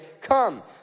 come